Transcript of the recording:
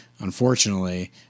unfortunately